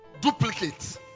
duplicate